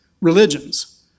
religions